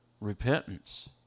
Repentance